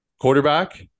quarterback